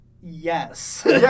Yes